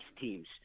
teams